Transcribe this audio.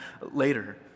later